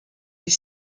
les